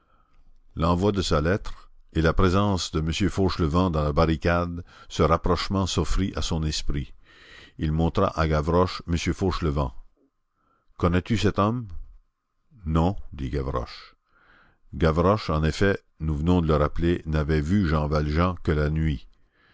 l'envoi de sa lettre et la présence de m fauchelevent dans la barricade ce rapprochement s'offrit à son esprit il montra à gavroche m fauchelevent connais-tu cet homme non dit gavroche gavroche en effet nous venons de le rappeler n'avait vu jean valjean que la nuit